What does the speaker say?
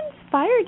inspired